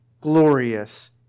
glorious